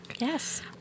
Yes